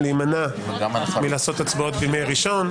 להימנע מלעשות הצבעות בימי ראשון,